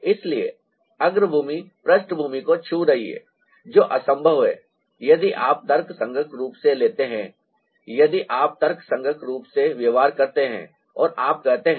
इसलिए अग्रभूमि पृष्ठभूमि को छू रही है जो असंभव है यदि आप तर्कसंगत रूप से लेते हैं यदि आप तर्कसंगत रूप से व्यवहार करते हैं और आप कहते हैं